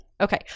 Okay